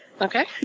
Okay